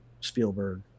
Spielberg